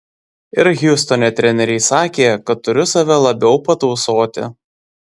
ir hjustone treneriai sakė kad turiu save labiau patausoti